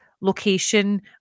location